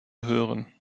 hören